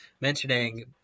mentioning